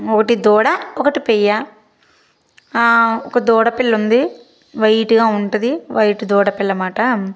ఒకటి దూడ ఒకటి పెయ్య ఒకటి దూడ పిల్ల ఉంది వైట్గా ఉంటుంది వైట్ దూడ పిల్ల అన్నమాట